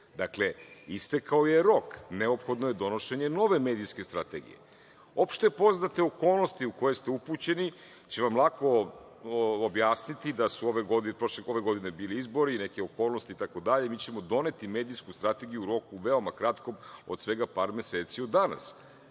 istekla. Istekao je rok. Neophodno je donošenje nove medijske strategije. Opšte poznate okolnosti u koje ste upućeni će vam lako objasniti da su ove godine bili izbori, neke okolnosti itd. Mi ćemo doneti medijsku strategiju u roku veoma kratkom od svega par meseci od danas.